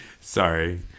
Sorry